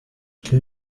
que